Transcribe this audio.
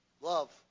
Love